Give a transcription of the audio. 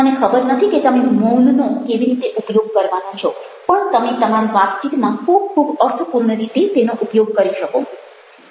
મને ખબર નથી કે તમે મૌનનો કેવી રીતે ઉપયોગ કરવાના છો પણ તમે તમારી વાતચીતમાં ખૂબ ખૂબ અર્થપૂર્ણ રીતે તેનો ઉપયોગ કરી શકો